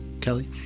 Kelly